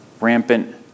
rampant